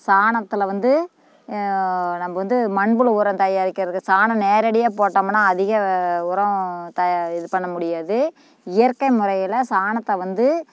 சாணத்தில் வந்து நம்ப வந்து மண்புழு உரம் தயாரிக்கறது சாணம் நேரடியாக போட்டமுன்னா அதிக உரம் த இது பண்ண முடியாது இயற்கை முறையில சாணத்தை வந்து